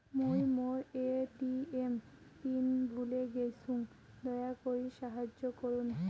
মুই মোর ATM PIN ভুলে গেইসু, দয়া করি সাহাইয্য করুন